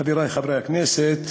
חברי חברי הכנסת,